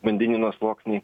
vandenyno sluoksniai